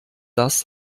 das